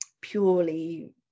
purely